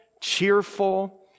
cheerful